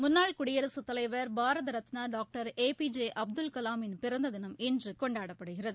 முன்னாள் குடியரசுத் தலைவர் Bharat Ratna doctor A P J Abdul கலாமின் பிறந்த தினம் இன்று கொண்டாடப்படுகிறது